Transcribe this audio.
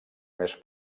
més